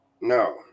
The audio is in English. No